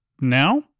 now